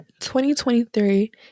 2023